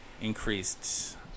increased